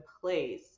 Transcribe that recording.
place